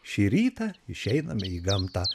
šį rytą išeiname į gamtą